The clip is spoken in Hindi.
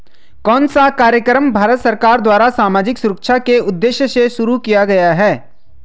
कौन सा कार्यक्रम भारत सरकार द्वारा सामाजिक सुरक्षा के उद्देश्य से शुरू किया गया है?